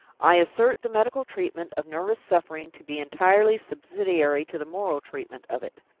i assert the medical treatment of nervous suffering to be entirely subsidiary to the moral treatment of it.